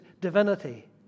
divinity